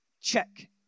check